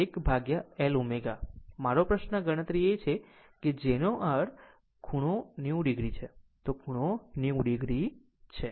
XL 1l ω મારો પ્રશ્ન ગણતરી એ j નો અર્થ ખૂણો 90 o છે તે ખૂણો 90 o છે